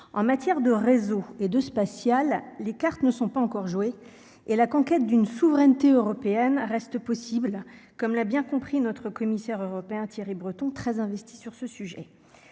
en matière de réseau et de spatial, les cartes ne sont pas encore joué et la conquête d'une souveraineté européenne reste possible, comme l'a bien compris notre commissaire européen Thierry Breton très investi sur ce sujet,